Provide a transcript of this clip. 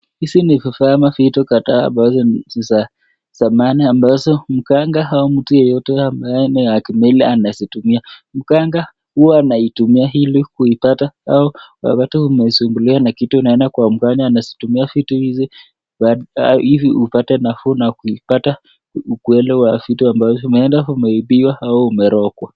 Hivi ni vifaa ama vitu kadhaa ambazo ni za zamani, mganga au mtu yeyote ambaye ni wa kimila anazitumia, mganga huwa anaitumia ili kuipta au unapata umesumbuliwa na kitu unaenda kwa mganga, mganga navitumia vitu hizi ili upate nafuu na kuipata ukweli, huenda umeibiwa au umerogwa.